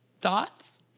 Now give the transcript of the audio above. Thoughts